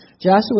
Joshua